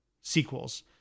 sequels